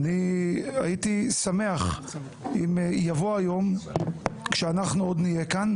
הייתי שמח אם יבוא היום, כשאנחנו עוד נהיה כאן,